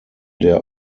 der